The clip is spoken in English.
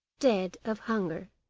dead of hunger.